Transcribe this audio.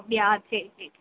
அப்படியா சரி சரி